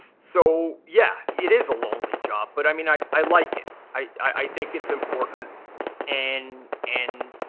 so yeah, it is a lonely job, but i mean, i i like it. i think it's important and and